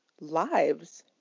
lives